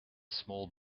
small